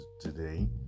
today